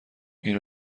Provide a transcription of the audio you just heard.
این